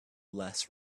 less